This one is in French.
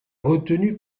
retenu